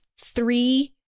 three